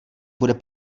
bude